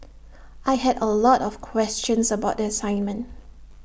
I had A lot of questions about the assignment